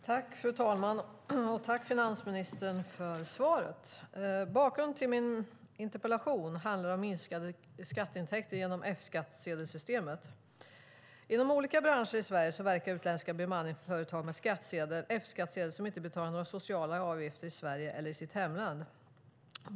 Fru talman! Tack för svaret, finansministern! Min interpellation handlar om minskade skatteintäkter genom F-skattsedelssystemet. Inom olika branscher i Sverige verkar utländska bemanningsföretag med F-skattsedel som inte betalar några sociala avgifter i Sverige eller i sitt hemland.